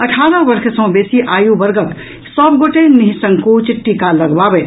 अठारह वर्ष सँ बेसी आयु वर्गक सभ गोटे निःसंकोच टीका लगबावथि